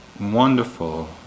wonderful